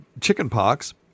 chickenpox